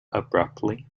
abruptly